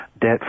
debt